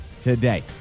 today